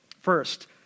First